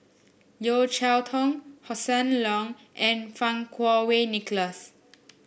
Yeo Cheow Tong Hossan Leong and Fang Kuo Wei Nicholas